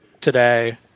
today